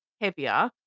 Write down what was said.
heavier